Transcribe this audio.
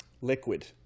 liquid